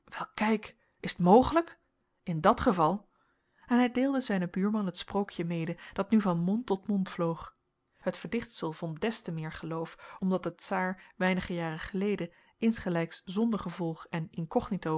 kijk is t mogelijk in dat geval en hij deelde zijnen buurman het sprookje mede dat nu van mond tot mond vloog het verdichtsel vond des te meer geloof omdat de tsaar weinige jaren geleden insgelijks zonder gevolg en incognito